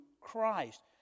Christ